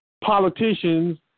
politicians